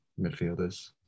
midfielders